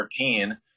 14